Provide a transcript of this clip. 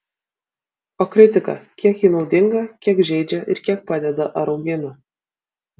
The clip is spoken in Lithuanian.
o kritika kiek ji naudinga kiek žeidžia ir kiek padeda ar augina